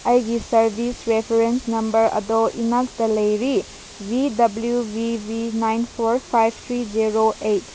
ꯑꯩꯒꯤ service reference number ꯑꯗꯣ ꯏꯅꯥꯛꯇ ꯂꯩꯔꯤ B W B B nine four five three zero eight